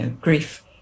grief